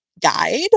guide